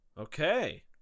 Okay